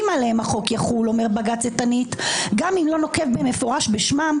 עליהם החוק יחול אומר בג"ץ איתנית גם אם לא נוקב במפורש בשמם,